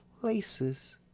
places